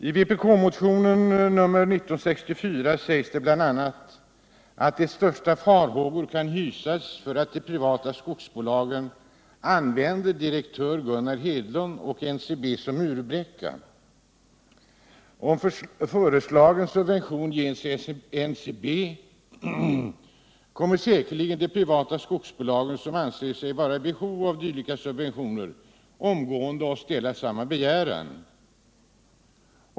I vpk-motionen 1964 sägs det bl.a. att de största farhågor kan hysas för att de privata skogsbolagen använder direktör Gunnar Hedlund och NCB som 30 murbräcka. Om föreslagen subvention ges NCB, kommer säkerligen de privata skogsbolag som anser sig vara i behov av dylika subventioner omgående att ställa samma begäran.